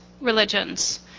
religions